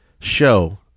show